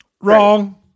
Wrong